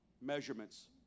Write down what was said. measurements